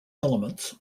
elements